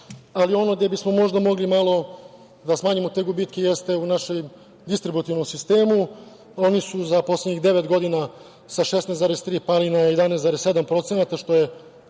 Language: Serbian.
ali ono gde bi smo možda mogli malo da smanjimo te gubitke jeste u našem distributivnom sistemu. Oni su za poslednjih devet godina sa 16,3 pali na 11,7%, što je